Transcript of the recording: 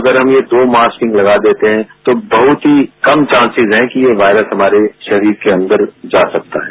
अगर हम ये दो मास्किंग लगा देते हैं तो बहुत ही कम चान्सेज है कि यह वायरस हमारे शरीर के अंदर जा सकते हैं